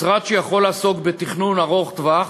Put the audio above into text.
משרד שיכול לעסוק בתכנון ארוך-טווח,